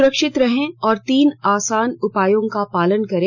सुरक्षित रहें और तीन आसान उपायों का पालन करें